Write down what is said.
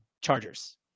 chargers